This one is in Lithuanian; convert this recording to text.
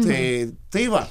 tai tai va